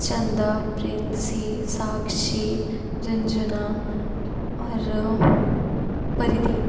Chanda Princy Sakshi Jhanjhana Aarav Pardeep